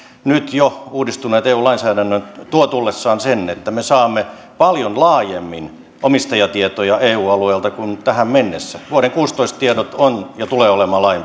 nyt jo uudistunut eu lainsäädäntö tuo tullessaan sen että me saamme paljon laajemmin omistajatietoja eu alueelta kuin tähän mennessä vuoden kuusitoista tiedot ovat ja tulevat olemaan